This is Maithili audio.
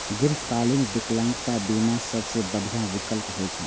दीर्घकालीन विकलांगता बीमा सबसं बढ़िया विकल्प होइ छै